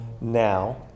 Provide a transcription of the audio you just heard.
now